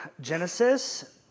Genesis